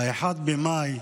ב-1 במאי,